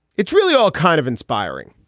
it's really all kind of inspiring.